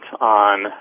on